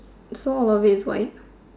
so one of it is white